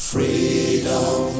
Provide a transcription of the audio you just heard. Freedom